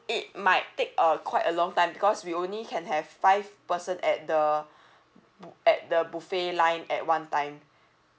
it might take uh quite a long time because we only can have five person at the bu~ at the buffet line at one time